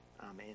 Amen